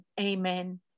amen